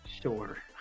Sure